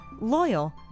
loyal